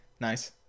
Nice